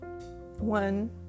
one